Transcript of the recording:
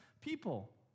people